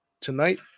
tonight